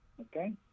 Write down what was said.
Okay